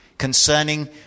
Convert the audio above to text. concerning